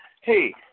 Hey